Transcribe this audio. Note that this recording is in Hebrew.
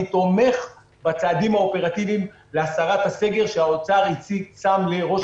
אני תומך בצעדים האופרטיביים להסרת הסגר שהאוצר הציג לראש הממשלה.